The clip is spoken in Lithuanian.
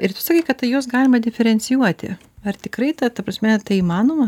ir tu sakei kad tai juos galima diferencijuoti ar tikrai ta ta prasme tai įmanoma